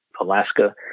Alaska